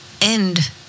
end